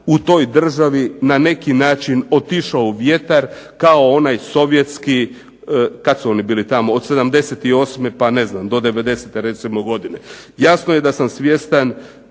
u toj državi na neki način otišao u vjetar kao onaj sovjetski kada su oni bili tamo od '78. ne znam do '90. recimo godine. Jasno da sam svjestan